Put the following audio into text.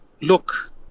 Look